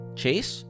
chase